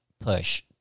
push